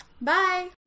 Bye